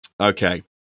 Okay